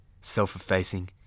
self-effacing